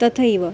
तथैव